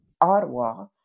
Ottawa